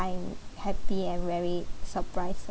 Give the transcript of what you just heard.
happy and very surprised